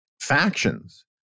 factions